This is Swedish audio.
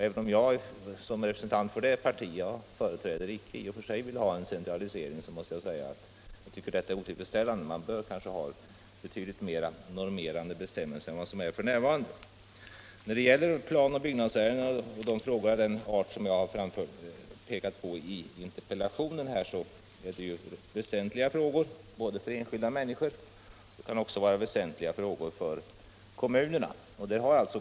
Även om jag som representant för det parti jag företräder, icke i och för sig vill ha en centralisering måste jag säga att de nuvarande förhållandena är otillfredsställande. Man bör kanske ha betydligt mer normerande bestämmelser än man har f.n. Planoch byggnadsärenden, dvs. frågor av den art som jag pekat på i min interpellation, är ju väsentliga både för enskilda människor och för kommunerna.